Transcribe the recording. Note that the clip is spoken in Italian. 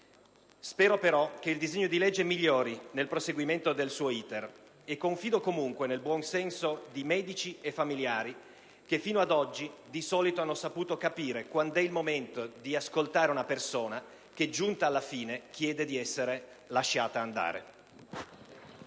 Spero però che il disegno di legge migliori nel proseguimento del suo*iter* e confido comunque nel buon senso di medici e familiari che, fino a d'oggi, di solito hanno saputo capire quando è il momento di ascoltare una persona che, giunta alla fine, chiede di essere lasciata andare.